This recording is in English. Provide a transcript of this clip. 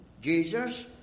Jesus